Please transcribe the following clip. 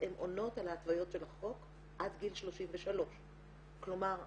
הן עונות על ההתוויות של החוק עד גיל 33. כלומר,